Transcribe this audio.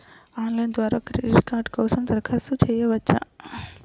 Online ద్వారా credit card కోసం దరఖాస్తు చేయవచ్చా?